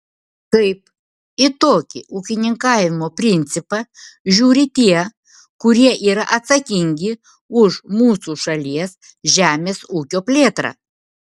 kaip į tokį ūkininkavimo principą žiūri tie kurie yra atsakingi už mūsų šalies žemės ūkio plėtrą